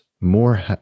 more